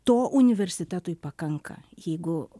to universitetui pakanka jeigu